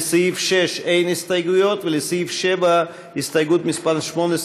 לסעיף 6 אין הסתייגויות ולסעיף 7 יש הסתייגות מס' 18,